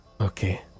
Okay